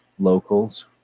locals